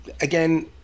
Again